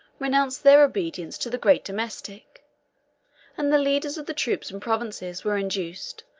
renounced their obedience to the great domestic and the leaders of the troops and provinces were induced,